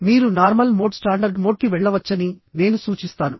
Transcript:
మీరు normal mode standard mode కి వెళ్లవచ్చని నేను సూచిస్తాను